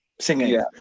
singing